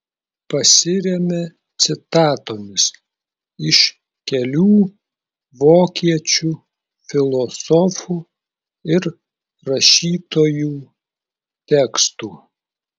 pasiremia citatomis iš kelių vokiečių filosofų ir rašytojų tekstų